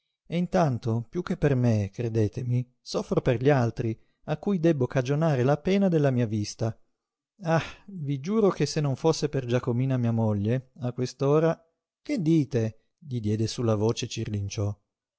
e intanto piú che per me credetemi soffro per gli altri a cui debbo cagionare la pena della mia vista ah vi giuro che se non fosse per giacomina mia moglie a quest'ora che dite gli diede sulla voce